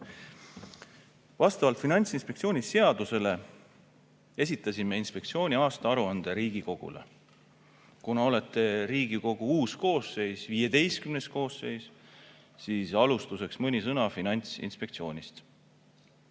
Vastavalt Finantsinspektsiooni seadusele esitasime inspektsiooni aastaaruande Riigikogule. Kuna olete Riigikogu uus koosseis, XV koosseis, siis alustuseks mõni sõna Finantsinspektsioonist.